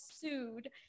sued